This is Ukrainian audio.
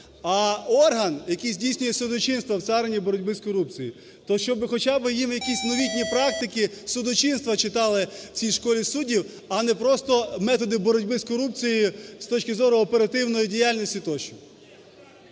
а орган, який здійснює судочинство в царині боротьби з корупцією, то щоб хоча би їм якісь новітні практики судочинства читали в цій школі суддів, а не просто методи боротьби з корупцією з точки зору оперативної діяльності тощо.